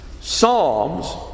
Psalms